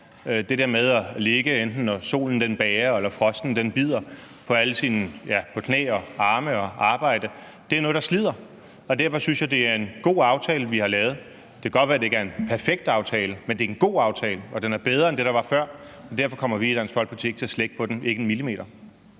Det der med at ligge på knæ og arme og arbejde, både når solen bager, og når frosten bider, er noget, der slider. Derfor synes jeg, det er en god aftale, vi har lavet. Det kan godt være, at det ikke er en perfekt aftale, men det er en god aftale, og den er bedre end det, der var før, og derfor kommer vi i Dansk Folkeparti ikke til at slække på den – ikke en millimeter.